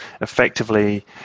effectively